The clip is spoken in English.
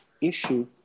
issue